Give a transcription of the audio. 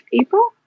April